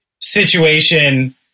situation